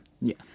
Yes